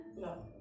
No